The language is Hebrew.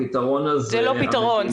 הפתרון הזה --- זה לא פתרון,